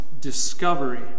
discovery